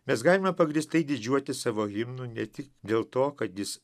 mes galime pagrįstai didžiuotis savo himnu ne tik dėl to kad jis